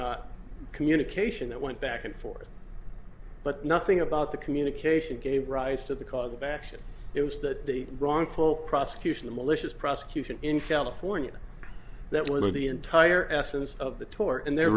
communication that went back and forth but nothing about the communication gave rise to the cause of action it was that the wrongful prosecution the malicious prosecution in california that one of the entire essence of the tour and their